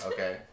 Okay